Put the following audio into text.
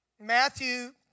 Matthew